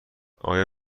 آیا